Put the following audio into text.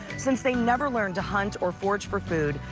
since they never learned to hut or forage for food,